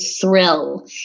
thrill